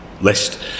list